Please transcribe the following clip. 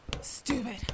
stupid